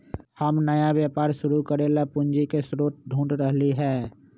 हम नया व्यापार शुरू करे ला पूंजी के स्रोत ढूढ़ रहली है